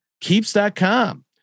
keeps.com